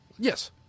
Yes